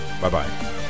Bye-bye